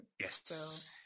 Yes